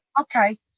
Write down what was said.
Okay